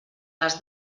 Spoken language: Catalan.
les